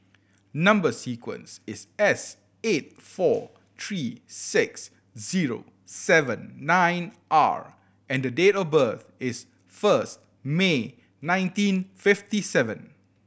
number sequence is S eight four three six zero seven nine R and date of birth is first May nineteen fifty seven